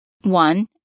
One